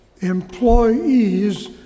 employees